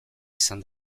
izan